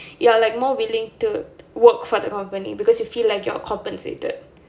ya like more willing to work for the company because you feel like you're compensated